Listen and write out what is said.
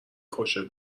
خوشت